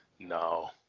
No